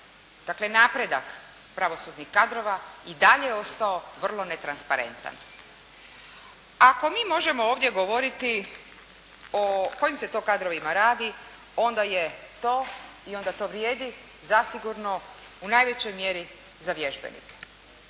dakle napredak pravosudnih kadrova i dalje je ostao vrlo netransparentan. Ako mi možemo ovdje govoriti o kojim se to kadrovima radi, onda je to i onda to vrijedi zasigurno u najvećoj mjeri za vježbenike.